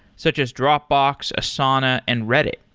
such as dropbox, asana and reddit.